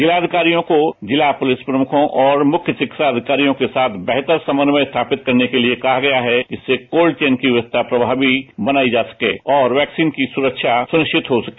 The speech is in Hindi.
जिलाधिकारियों को जिला पुलिस प्रमुखों और मुख्य चिकित्सा अधिकारियों के साथ बेहतर समन्वय स्थापित करने के लिए कहा गया है जिससे कोल्ड चेन की व्यवस्था प्रभावी बनायी जा सके और वैक्सीन की सुरक्षा सुनिश्चित हो सके